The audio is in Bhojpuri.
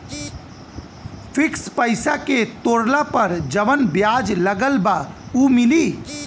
फिक्स पैसा के तोड़ला पर जवन ब्याज लगल बा उ मिली?